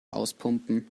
auspumpen